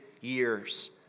years